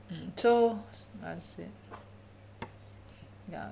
mm so ya